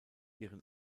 ihren